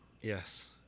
Yes